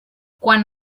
quan